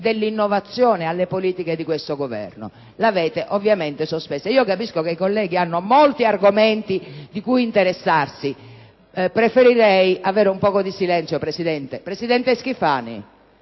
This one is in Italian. dell'innovazione alle politiche di questo Governo: l'avete ovviamente sospesa. *(Brusìo).* Capisco che i colleghi abbiano molti argomenti di cui interessarsi, ma preferirei avere un poco di silenzio, Presidente. Presidente Schifani,